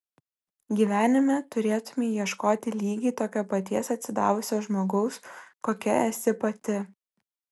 gyvenime turėtumei ieškoti lygiai tokio paties atsidavusio žmogaus kokia esi pati